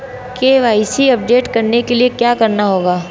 KYC update करने के लिए क्या करना होगा?